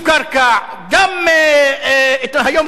היום ראיתי את התמונות.